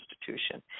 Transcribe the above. institution